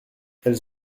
elles